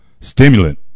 stimulant